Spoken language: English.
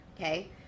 okay